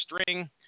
string